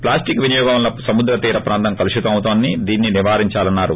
plastic వినియోగం వలన సముద్ర తీర ప్రాంతం కలుషితం అవుతోందని దీనిని నివారించలన్నారు